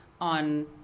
on